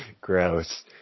gross